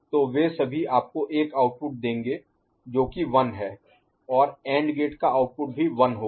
तो वे सभी आपको एक आउटपुट देंगे जो कि 1 है और AND गेट का आउटपुट भी 1 होगा